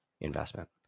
investment